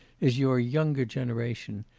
is your younger generation!